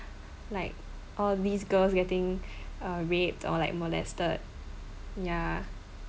like all these girls getting raped or like molested ya